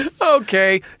Okay